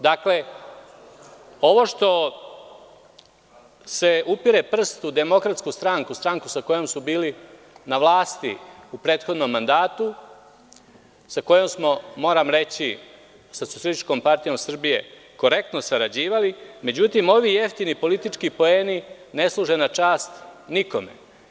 Dakle, ovo što se upire prst u Demokratsku stranku, stranku sa kojom su bili na vlasti u prethodnom mandatu, a moram reći da smo sa Socijalističkom partijom Srbije korektno sarađivali, međutim, ovi jeftini politički poeni ne služe na čast nikome.